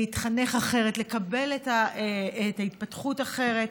להתחנך אחרת, לקבל את ההתפתחות אחרת.